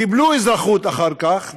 קיבלו אזרחות אחר כך,